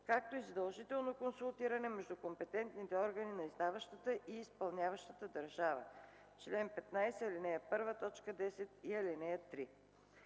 както и задължително консултиране между компетентните органи на издаващата и изпълняващата държава (чл. 15, ал. 1, т. 10 и ал. 3).